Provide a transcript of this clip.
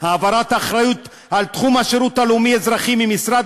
העברת האחריות לתחום השירות הלאומי-אזרחי מהמשרד